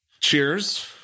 Cheers